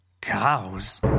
Cows